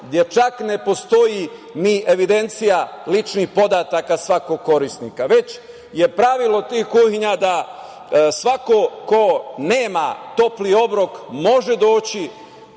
gde čak ne postoji ni evidencija ličnih podataka svakog korisnika, već je pravilo tih kuhinja da svako ko nema topli obrok može doći